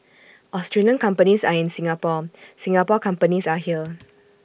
Australian companies are in Singapore Singapore companies are here